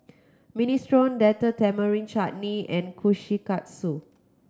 Minestrone Date Tamarind Chutney and Kushikatsu